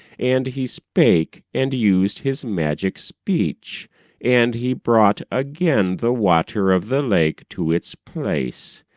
and he spake, and used his magic speech and he brought again the water of the lake to its place.